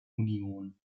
union